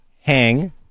hang